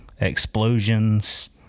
explosions